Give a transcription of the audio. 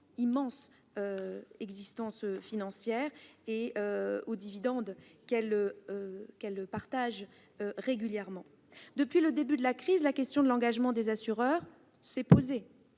leurs capacités financières et des dividendes qu'ils partagent régulièrement. Depuis le début de la crise, la question de l'engagement des assureurs s'est posée